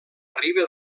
riba